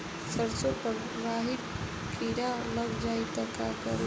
सरसो पर राही किरा लाग जाई त का करी?